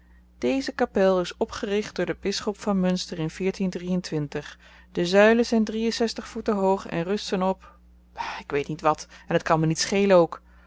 deze kapel is opgericht door den bisschop van munster in de zuilen zyn voeten hoog en rusten op ik weet niet wat en het kan me niet schelen ook